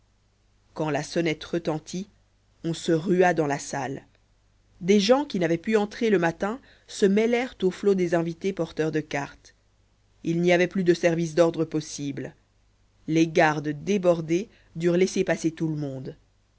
quand la sonnette retentit on se rua dans la salle des gens qui n'avaient pu entrer le matin se mêlèrent au flot des invités porteurs de cartes il n'y avait plus de service d'ordre possible les gardes débordés durent laisser passer tout le monde